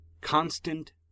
Constant